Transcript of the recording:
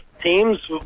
teams